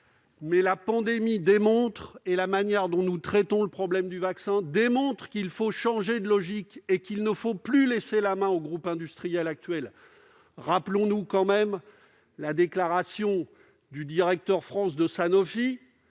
mais la pandémie et la manière dont nous traitons la question du vaccin démontrent qu'il faut changer de logique et ne plus laisser la main aux groupes industriels actuels. Souvenons-nous de la déclaration du directeur France de Sanofi,